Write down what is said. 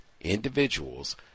Individuals